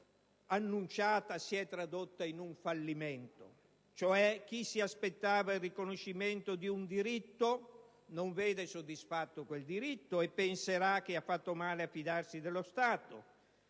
la volontà annunciata si è si è tradotta in un fallimento, cioè chi si aspettava il riconoscimento di un diritto non vede soddisfatto quel diritto e penserà che ha fatto male a fidarsi dello Stato.